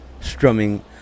strumming